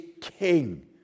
king